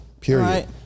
period